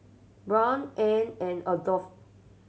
Brion Anne and Adolph